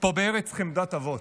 "פה בארץ חמדת אבות".